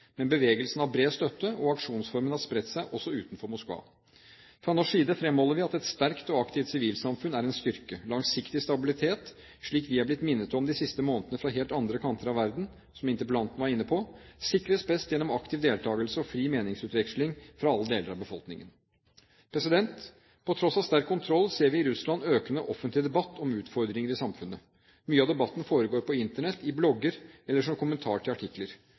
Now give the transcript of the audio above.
Men bevegelsen har bred støtte, og aksjonsformen har spredt seg, også utenfor Moskva. Fra norsk side fremholder vi at et sterkt og aktivt sivilsamfunn er en styrke. Langsiktig stabilitet, slik vi er blitt minnet om de siste måneder fra helt andre kanter av verden, som interpellanten var inne på, sikres best gjennom aktiv deltakelse og fri meningsutveksling fra alle deler av befolkningen. På tross av sterk kontroll ser vi i Russland økende offentlig debatt om utfordringer i samfunnet. Mye av debatten foregår på Internett, i blogger eller som kommentar til artikler.